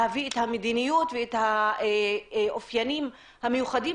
להביא את המדיניות והמאפיינים המיוחדים